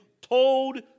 told